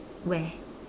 where